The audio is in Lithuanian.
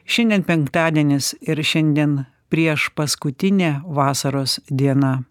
šiandien penktadienis ir šiandien prieš paskutinė vasaros diena